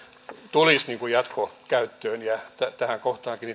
tulisivat jatkokäyttöön paremmin tähän kohtaan